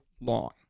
long